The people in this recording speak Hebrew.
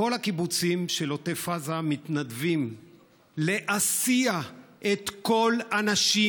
כל הקיבוצים של עוטף עזה מתנדבים להסיע את כל הנשים